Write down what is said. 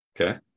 Okay